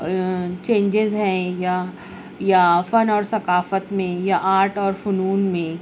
changes ہیں یا یا فن اور ثقافت میں یا آرٹ اور فنون میں